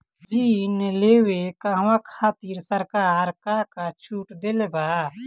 ऋण लेवे कहवा खातिर सरकार का का छूट देले बा?